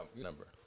number